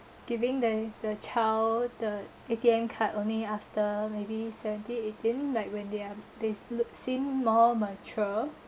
giving them the child the A_T_M card only after maybe seventeen eighteen like when they're they look seem more mature